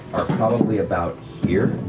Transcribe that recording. are probably about here.